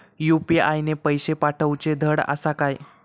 UPI ने पैशे पाठवूचे धड आसा काय?